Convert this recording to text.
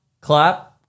Clap